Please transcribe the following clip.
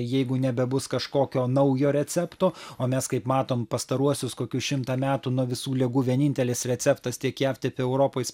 jeigu nebebus kažkokio naujo recepto o mes kaip matom pastaruosius kokius šimtą metų nuo visų ligų vienintelis receptas tiek jav tiek europoj